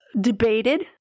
debated